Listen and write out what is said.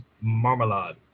marmalade